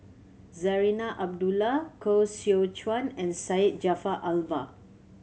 Zarinah Abdullah Koh Seow Chuan and Syed Jaafar Albar